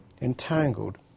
entangled